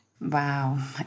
Wow